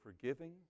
forgiving